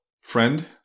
friend